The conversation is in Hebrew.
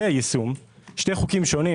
אלה שני חוקים שונים.